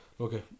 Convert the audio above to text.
okay